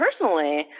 personally